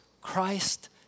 Christ